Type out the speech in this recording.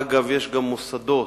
אגב, יש גם מוסדות